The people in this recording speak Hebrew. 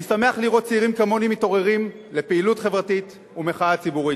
אני שמח לראות צעירים כמוני מתעוררים לפעילות חברתית ומחאה ציבורית,